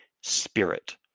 spirit